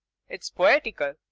it's poetical.